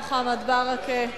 מוחמד ברכה,